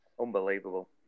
Unbelievable